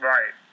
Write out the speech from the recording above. Right